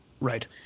right